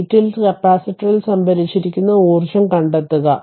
8 ൽ കപ്പാസിറ്ററിൽ സംഭരിച്ചിരിക്കുന്ന ഊർജ്ജം കണ്ടെത്തുക